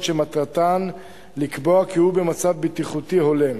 שמטרתן לקבוע כי הוא במצב בטיחותי הולם.